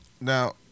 Now